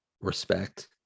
respect